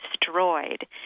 destroyed